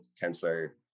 counselor